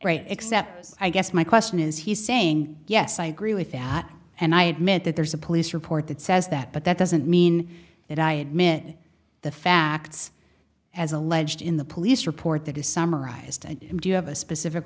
great except i guess my question is he's saying yes i agree with that and i admit that there's a police report that says that but that doesn't mean that i admit the facts as alleged in the police report that is summarized and do you have a specific